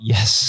Yes